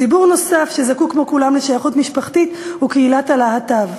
ציבור נוסף שזקוק כמו כולם לשייכות משפחתית הוא קהילת הלהט"ב,